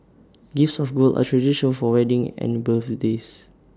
gifts of gold are traditional for weddings and birthday